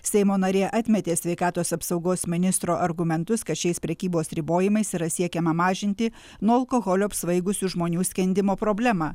seimo narė atmetė sveikatos apsaugos ministro argumentus kad šiais prekybos ribojimais yra siekiama mažinti nuo alkoholio apsvaigusių žmonių skendimo problemą